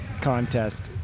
contest